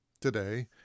Today